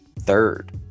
third